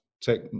take